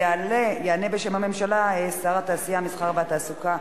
יענה בשם הממשלה שר התעשייה, המסחר והתעסוקה,